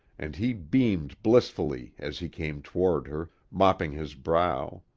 and he beamed blissfully as he came toward her, mopping his brow.